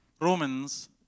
Romans